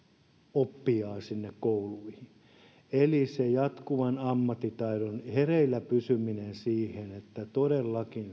oppijoita sinne kouluihin se vaatii ammattitaidon jatkuvaa hereillä pysymistä siitä että todellakin